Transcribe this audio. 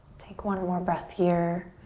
take one more breath here.